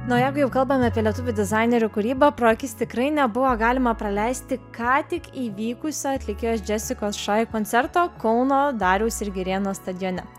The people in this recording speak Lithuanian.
na jeigu jau kalbame apie lietuvių dizainerių kūrybą pro akis tikrai nebuvo galima praleisti ką tik įvykusio atlikėjos džesikos šai koncerto kauno dariaus ir girėno stadione